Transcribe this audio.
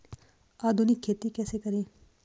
आधुनिक खेती कैसे करें?